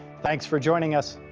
thanks for joining us.